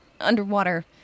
underwater